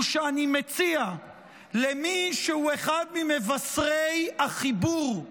הוא שאני מציע למי שהוא אחד ממבשרי החיבור,